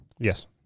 Yes